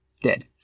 dead